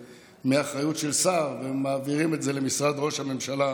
מאחריות של שר ומעבירים את זה למשרד ראש הממשלה,